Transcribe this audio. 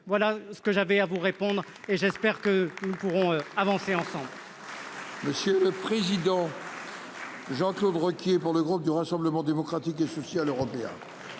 Voilà ce que j'avais à vous répondre, et j'espère que nous pourrons avancer. Monsieur le